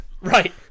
Right